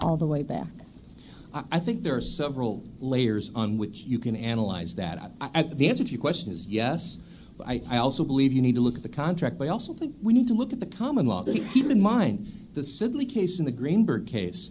all the way back i think there are several layers on which you can analyze that at the answer to your question is yes i also believe you need to look at the contract but i also think we need to look at the common law that keep in mind the sibley case in the greenburg case